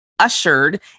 ushered